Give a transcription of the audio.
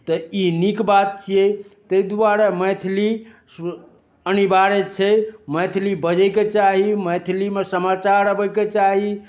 तऽ ई नीक बात छियै तै दुआरे मैथिली अनिवार्य छै मैथिली बजैके चाही मैथिलीमे समाचार अबैके चाही